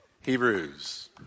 Hebrews